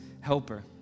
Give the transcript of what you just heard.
helper